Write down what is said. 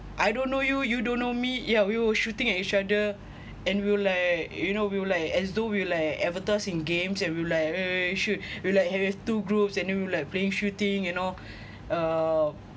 I don't know you you don't know me yeah we were shooting at each other and we like you know we were like as though we like avatars in games and we like eh shoot we like having like two groups and you like playing shooting you know uh